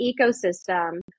ecosystem